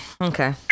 okay